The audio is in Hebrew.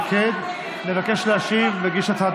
השקדייה הגיעה באזורי מבצע,